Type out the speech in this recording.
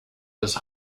das